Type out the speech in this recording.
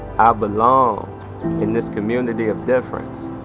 i belong in this community of difference,